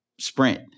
sprint